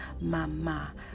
mama